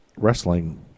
wrestling